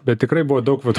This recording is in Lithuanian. bet tikrai buvo daug vat